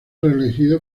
reelegido